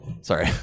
Sorry